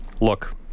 Look